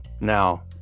Now